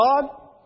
God